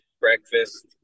breakfast